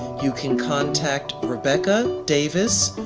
you can contact rebecca davis,